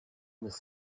was